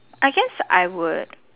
I guess I would